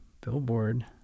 billboard